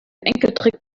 enkeltrick